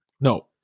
No